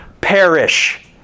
perish